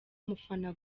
umufana